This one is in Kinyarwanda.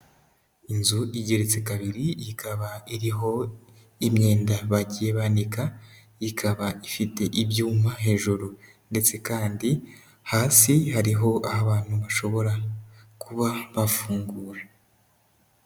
Inzu igeretse kabiri ikaba iriho imyenda bagiye banika, ikaba ifite ibyuma hejuru ndetse kandi hasi hariho aho abantu bashobora kuba bafungura.